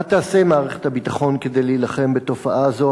2. מה תעשה מערכת הביטחון כדי להילחם בתופעה זו,